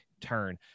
turn